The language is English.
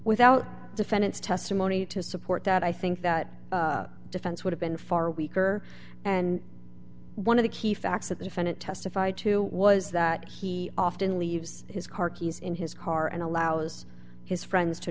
without defendant's testimony to support that i think that defense would have been far weaker and one of the key facts that the defendant testified to was that he often leaves his car keys in his car and allows his friends to